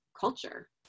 culture